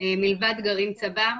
מלבד גרעין צבר,